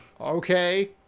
Okay